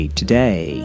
today